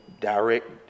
direct